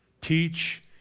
Teach